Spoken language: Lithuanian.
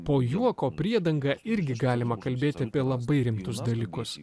po juoko priedanga irgi galima kalbėti apie labai rimtus dalykus